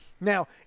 Now